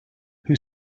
who